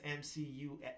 MCU